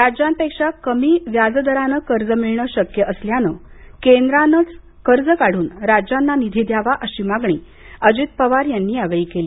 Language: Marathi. राज्यांपेक्षा कमी व्याजदरानं कर्ज मिळणं शक्य असल्यानं केंद्रानंच कर्ज काढून राज्यांना निधी द्यावा अशी मागणी अजित पवार यांनी यावेळी केली